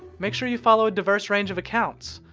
make sure you follow a diverse range of accounts.